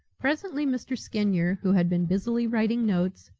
presently mr. skinyer, who had been busily writing notes,